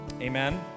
Amen